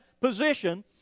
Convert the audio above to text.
position